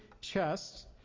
chests